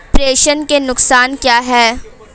प्रेषण के नुकसान क्या हैं?